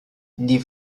die